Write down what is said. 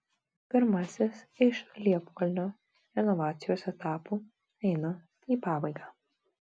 pirmasis iš liepkalnio renovacijos etapų eina į pabaigą